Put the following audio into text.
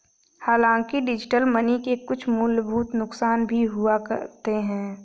हांलाकि digital money के कुछ मूलभूत नुकसान भी हुआ करते हैं